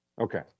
Okay